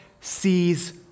sees